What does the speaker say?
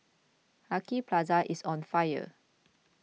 Lucky Plaza is on fire